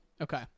Okay